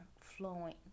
flowing